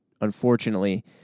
unfortunately